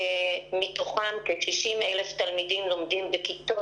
ומתוכם כ-60,000 תלמידים לומדים בכיתות